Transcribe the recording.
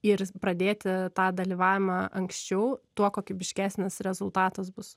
ir pradėti tą dalyvavimą anksčiau tuo kokybiškesnis rezultatas bus